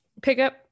pickup